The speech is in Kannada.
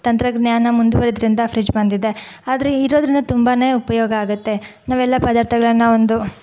ತಂತ್ರಜ್ಞಾನ ಮುಂದುವರಿದ್ರಿಂದ ಫ್ರಿಜ್ ಬಂದಿದೆ ಆದರೆ ಇದಿರೋದ್ರಿಂದ ತುಂಬಾ ಉಪಯೋಗ ಆಗತ್ತೆ ನಾವೆಲ್ಲ ಪದಾರ್ಥಗಳನ್ನು ಒಂದು